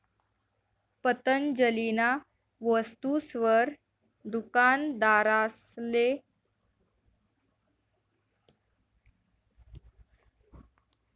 पतंजलीना वस्तुसवर दुकानदारसले फायदा जास्ती भेटत नयी